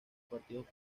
partidos